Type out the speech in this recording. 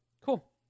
cool